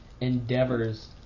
endeavors